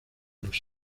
los